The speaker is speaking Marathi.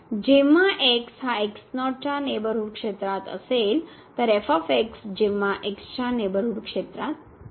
जेंव्हा हा च्या नेबरहूड क्षेत्रात असेल तर जेव्हा x च्या नेबरहूड क्षेत्रात असेल